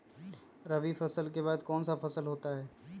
रवि फसल के बाद कौन सा फसल होता है?